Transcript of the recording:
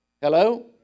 Hello